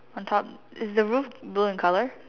on top is the roof blue in colour